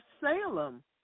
Salem